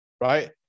right